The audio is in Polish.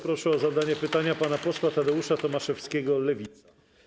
Proszę o zadanie pytania pana posła Tadeusza Tomaszewskiego, Lewica.